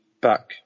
back